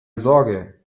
sorge